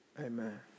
Amen